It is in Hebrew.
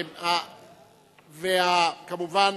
וכמובן